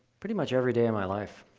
pretty much everyday of my life.